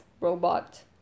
robot